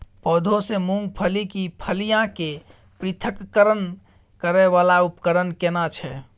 पौधों से मूंगफली की फलियां के पृथक्करण करय वाला उपकरण केना छै?